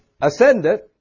ascended